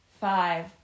five